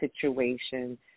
situation